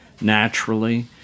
naturally